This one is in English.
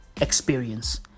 Experience